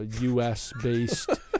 U.S.-based